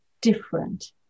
different